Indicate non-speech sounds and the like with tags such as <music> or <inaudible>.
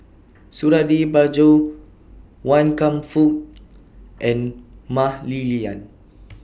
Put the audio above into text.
Suradi Parjo Wan Kam Fook <noise> and Mah Li Lian